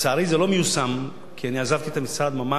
לצערי, זה לא מיושם כי אני עזבתי את המשרד ממש,